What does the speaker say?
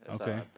okay